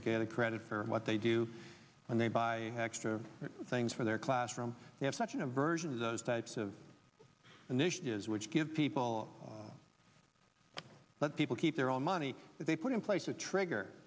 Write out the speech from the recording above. to get a credit for what they do and they buy extra things for their classroom we have such an aversion to those types of initiatives which give people let people keep their own money that they put in place a trigger